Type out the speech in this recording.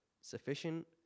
Sufficient